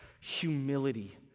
humility